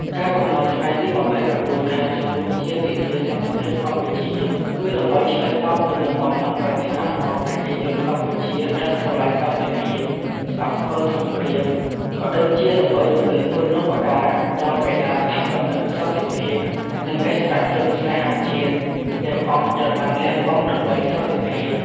ការកំណត់ថ្ងៃទី ២៩ ខែធ្នូ ជាទិវាសន្តិភាពកម្ពុជា គឺដើម្បីឆ្លើយតបទៅនឹងបំណងប្រាថ្នារបស់ប្រជាជនកម្ពុជាដែលស្រឡាញ់សន្តិភាព ស្អប់ខ្ពើមសង្គ្រាម ក៏ដូចជាដើម្បីរំលឹកគុណូបការៈដល់បិតាស្ថាបនិកសន្តិភាព និងឥស្សរជនស្នេហាជាតិ ទាំងអស់ដែលបានលះបង់ដើម្បីសន្តិភាព។